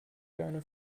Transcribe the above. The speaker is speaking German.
gerne